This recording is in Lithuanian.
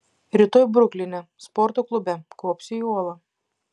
rytoj brukline sporto klube kopsiu į uolą